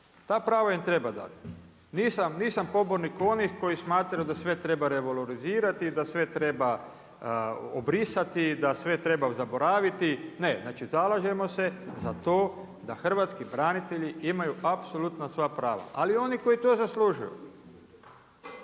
Ta prava im treba dati. Nisam pobornik onih koji smatraju da sve treba revalorizirati, da sve treba obrisati, da sve treba zaboraviti. Ne, znači zalažemo se za to da hrvatski branitelji imaju apsolutno sva prava, ali oni koji to zaslužuju.